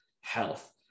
health